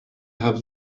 have